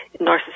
Narcissism